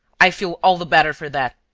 i feel all the better for that.